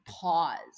pause